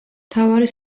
მთავარი